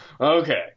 Okay